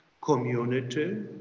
community